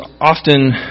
often